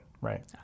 right